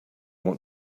want